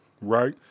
right